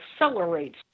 accelerates